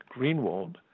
Greenwald